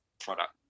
product